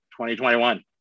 2021